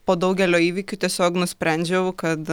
po daugelio įvykių tiesiog nusprendžiau kad